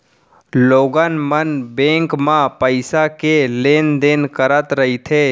लोगन मन बेंक म पइसा के लेन देन करत रहिथे